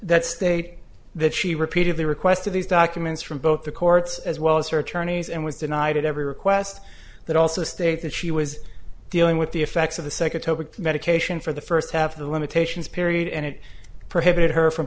that state that she repeatedly requested these documents from both the courts as well as her attorneys and was denied it every request that also state that she was dealing with the effects of the second topic medication for the first half of the limitations period and it prohibited her from